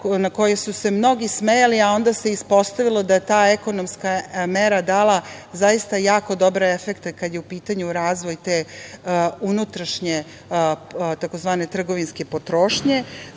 kojima su se mnogi smejali, a onda se ispostavilo da je ta ekonomska mera dala zaista jako dobre efekte kada je u pitanju razvoj te unutrašnje tzv. trgovinske potrošnje,